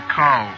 call